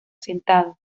sentado